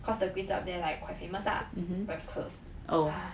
cause the kway chap there quite famous lah but it's closed